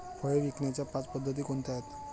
फळे विकण्याच्या पाच पद्धती कोणत्या आहेत?